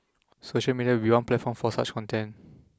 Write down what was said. social media would be one platform for such content